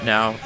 Now